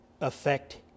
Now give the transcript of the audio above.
affect